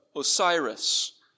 Osiris